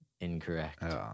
Incorrect